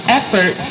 effort